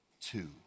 two